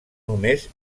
només